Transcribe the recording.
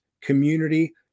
Community